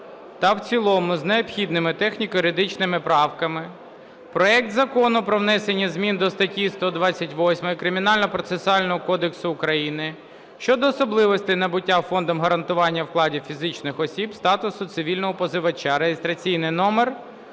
та в цілому з необхідними техніко-юридичними правками проект Закону про внесення змін до 128 Кримінального процесуального кодексу України щодо особливостей набуття Фондом гарантування вкладів фізичних осіб статусу цивільного позивача (реєстраційний номер